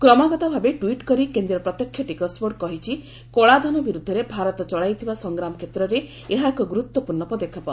କ୍ରମାଗତ ଭାବେ ଟୁଇଟ୍ କରି କେନ୍ଦ୍ରୀୟ ପ୍ରତ୍ୟକ୍ଷ ଟିକସ ବୋର୍ଡ ସିବିଡିଟି କହିଛି କଳାଧନ ବିରୁଦ୍ଧରେ ଭାରତ ଚଳାଇଥିବା ସଂଗ୍ରାମ କ୍ଷେତ୍ରରେ ଏହା ଏକ ଗୁରୁତ୍ୱପୂର୍ଣ୍ଣ ପଦକ୍ଷେପ